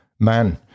man